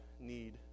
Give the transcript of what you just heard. need